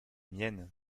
miennes